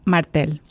Martel